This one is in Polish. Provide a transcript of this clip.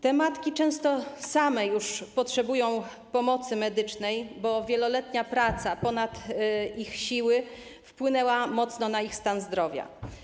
Te matki często same już potrzebują pomocy medycznej, bo wieloletnia praca ponad ich siły wpłynęła mocno na ich stan zdrowia.